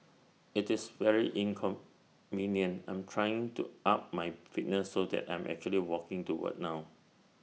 IT is very inconvenient I'm trying to up my fitness so that I'm actually walking to work now